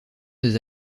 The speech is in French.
des